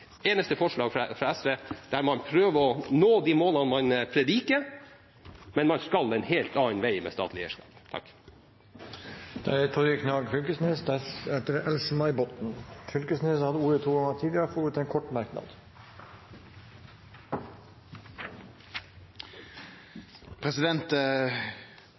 prøver å nå de målene man prediker, men man skal en helt annen vei med statlig eierskap. Representanten Torgeir Knag Fylkesnes har hatt ordet to ganger tidligere og får ordet til en kort merknad,